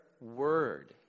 word